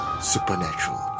Supernatural